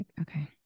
Okay